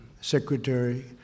Secretary